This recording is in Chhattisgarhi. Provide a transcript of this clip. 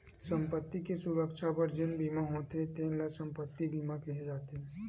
संपत्ति के सुरक्छा बर जेन बीमा होथे तेन ल संपत्ति बीमा केहे जाथे